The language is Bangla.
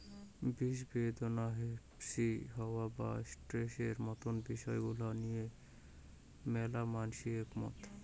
বিষব্যাদনা, হাপশি যাওয়া বা স্ট্রেসের মতন বিষয় গুলা নিয়া ম্যালা মানষি একমত